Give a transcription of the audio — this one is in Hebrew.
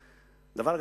דבר,